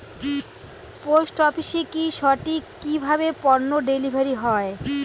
Post অফিসে কি সঠিক কিভাবে পন্য ডেলিভারি হয়?